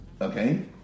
Okay